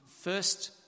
first